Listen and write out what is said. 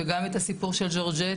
וגם את הסיפור של ז'ורז'ט,